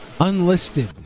unlisted